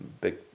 big